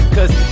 Cause